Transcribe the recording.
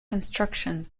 construction